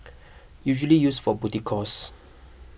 usually used for booty calls